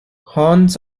horns